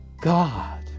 God